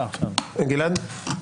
גלעד.